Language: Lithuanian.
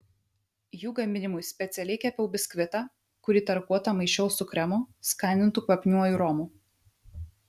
jų gaminimui specialiai kepiau biskvitą kurį tarkuotą maišiau su kremu skanintu kvapniuoju romu